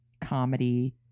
comedy